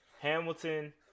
Hamilton